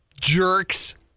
jerks